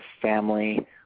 family